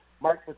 Mark